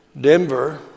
Denver